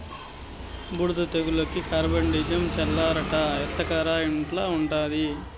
బూడిద తెగులుకి కార్బండిజమ్ చల్లాలట ఎత్తకరా ఇంట్ల ఉండాది